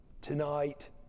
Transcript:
tonight